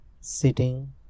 sitting